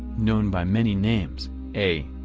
known by many names a.